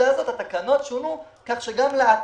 התקנות שונו כך שגם לעתיד,